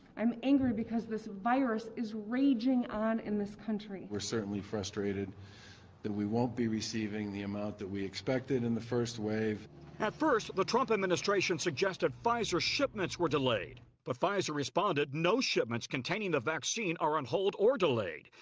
i'm angry because this virus is raging on in this country. we're certainly frustrated that we won't be receiving the amount that we expected in the first wave. reporter at first the trump administration suggested pfizer shipments were delayed. but pfizer responded no shipments containing the vaccine are on hold or delayed.